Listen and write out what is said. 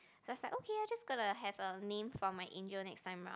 just like okay I just gonna have a name for my angel next time round